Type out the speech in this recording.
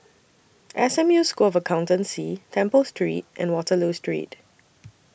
S M U School of Accountancy Temple Street and Waterloo Street